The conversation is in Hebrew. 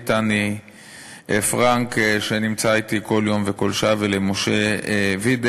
תני פרנק שנמצא אתי כל יום וכל שעה ומשה וידר.